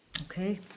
Okay